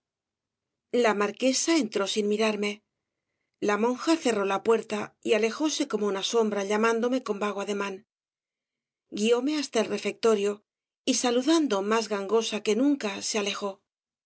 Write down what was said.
la marquesa entró sin mirarme la monja cerró la puerta y alejóse como una sombra llamándome con vago ademán guióme hasta el refectorio y saludando más gangosa que nunca se alejó